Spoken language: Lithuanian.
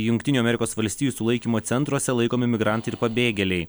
jungtinių amerikos valstijų sulaikymo centruose laikomi migrantai ir pabėgėliai